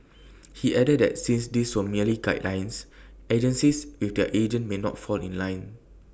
he added that since these were merely guidelines agencies and their agents may not fall in line